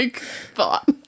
thought